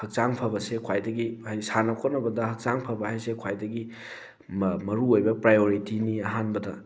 ꯍꯛꯆꯥꯡ ꯐꯕꯁꯤ ꯈ꯭ꯋꯥꯏꯗꯒꯤ ꯍꯥꯏꯗꯤ ꯁꯥꯟꯅ ꯈꯣꯠꯅꯕꯗ ꯍꯛꯆꯥꯡ ꯐꯕ ꯍꯥꯏꯁꯦ ꯈ꯭ꯋꯥꯏꯗꯒꯤ ꯃꯔꯨꯑꯣꯏꯕ ꯄ꯭ꯔꯥꯏꯌꯣꯔꯤꯇꯤꯅꯤ ꯑꯍꯥꯟꯕꯗ